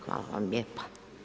Hvala vam lijepa.